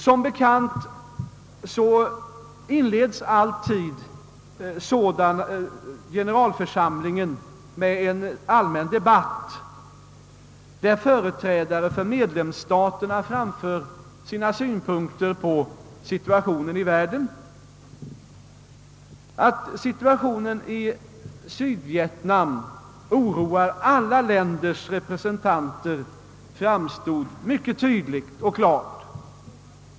Som bekant inleds alltid generalförsamlingens session med en allmän debatt där företrädare för medlemsstaterna framför sina synpunkter på situationen i världen. Att situationen i Sydvietnam oroar alla länders representanter framstår mycket klart.